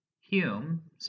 Hume